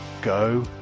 go